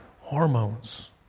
hormones